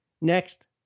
Next